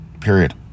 period